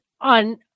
on